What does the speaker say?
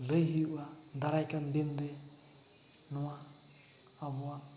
ᱞᱟᱹᱭ ᱦᱩᱭᱩᱜᱼᱟ ᱫᱟᱨᱟᱭᱠᱟᱱ ᱫᱤᱱᱨᱮ ᱱᱚᱣᱟ ᱟᱵᱚᱣᱟᱜ